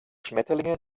schmetterlinge